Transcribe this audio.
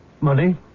Money